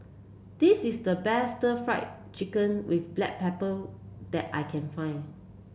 this is the best Stir Fried Chicken with Black Pepper that I can find